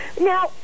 Now